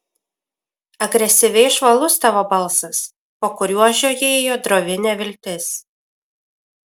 agresyviai žvalus tavo balsas po kuriuo žiojėjo drovi neviltis